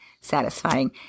satisfying